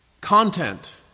content